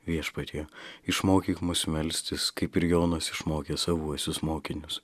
viešpatie išmokyk mus melstis kaip ir jonas išmokė savuosius mokinius